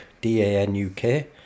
D-A-N-U-K